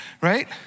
right